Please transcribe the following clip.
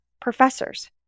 professors